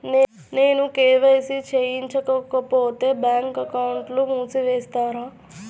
నేను కే.వై.సి చేయించుకోకపోతే బ్యాంక్ అకౌంట్ను మూసివేస్తారా?